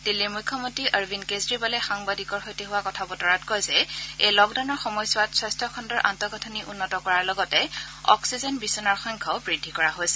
দিল্লীৰ মুখ্যমন্ত্ৰী অৰবিন্দ কেজৰিৱালে সাংবাদিকৰ সৈতে হোৱা কথা বতৰাত কয় যে এই লকডাউনৰ সময়ছোৱাত স্বাস্থ্য খণ্ডৰ আন্তঃগাঁথনি উন্নত কৰাৰ লগতে অক্সিজেন বিছনাৰ সংখ্যাও বৃদ্ধি কৰা হৈছে